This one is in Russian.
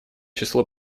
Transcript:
число